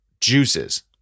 juices